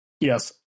Yes